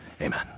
amen